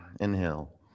Inhale